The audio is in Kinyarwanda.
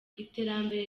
iterambere